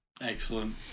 excellent